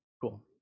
Cool